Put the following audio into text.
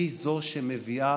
היא זו שמביאה